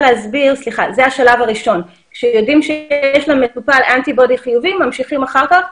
סיוע כספי כי אנחנו מדברים על אוכלוסייה